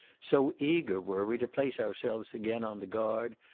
so eager were we to place ourselves again on the guard,